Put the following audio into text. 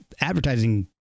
advertising